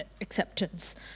acceptance